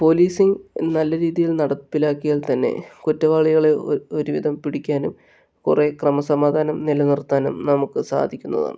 policing നല്ല രീതിയിൽ നടപ്പിലാക്കിയാൽ തന്നെ കുറ്റവാളികളെ ഒരുവിധം പിടിക്കാനും കുറേ ക്രമസമാധാനം നിലനിർത്താനും നമുക്ക് സാധിക്കുന്നതാണ്